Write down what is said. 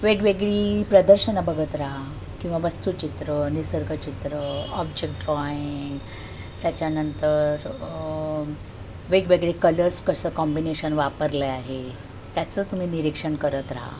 वेगवेगळी प्रदर्शनं बघत राहा किंवा वस्तूचित्र निसर्गचित्र ऑब्जेक्ट ड्रॉईंग त्याच्यानंतर वेगवेगळे कलर्स कसं कॉम्बिनेशन वापरले आहे त्याचं तुम्ही निरीक्षण करत रहा